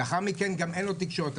לאחר מכן גם אין לו תקשורת.